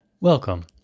Welcome